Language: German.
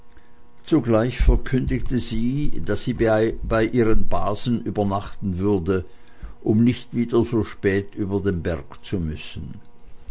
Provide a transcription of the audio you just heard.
zugleich verkündete sie daß sie bei ihren basen übernachten würde um nicht wieder so spät über den berg zu müssen